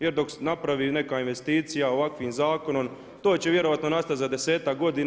Jer dok se napravi neka investicija ovakvim zakonom to će vjerojatno nastati za desetak godina